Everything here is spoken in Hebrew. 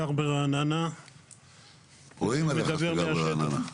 גר ברעננה --- רואים עליך שאתה גר ברעננה.